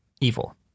evil